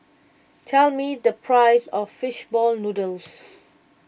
tell me the price of Fish Ball Noodles